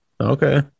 Okay